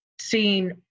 seeing